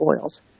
oils